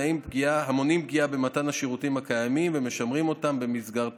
המונעים פגיעה במתן השירותים הקיימים ומשמרים אותם במסגרת